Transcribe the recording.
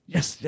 Yes